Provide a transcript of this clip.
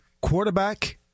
quarterback